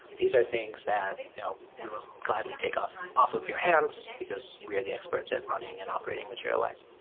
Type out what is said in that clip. these are things that we will gladly take off off of your hands, because we're the experts at running and operating materialize.